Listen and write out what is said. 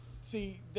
see